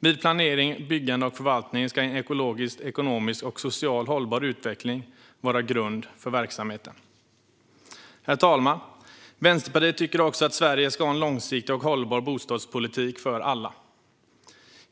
Vid planering, byggande och förvaltning ska en ekologiskt, ekonomiskt och socialt hållbar utveckling vara grund för verksamheten. Herr talman! Vänsterpartiet tycker att Sverige ska ha en långsiktig och hållbar bostadspolitik för alla.